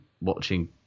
watching